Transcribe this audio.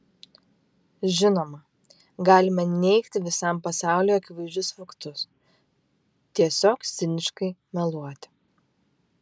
žinoma galima neigti visam pasauliui akivaizdžius faktus tiesiog ciniškai meluoti